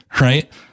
Right